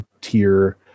tier